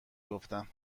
گفتم